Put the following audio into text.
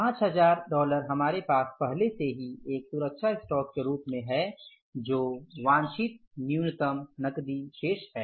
5000 हमारे पास पहले से ही एक सुरक्षा स्टॉक के रूप में है जो वांछित न्यूनतम नकदी शेष है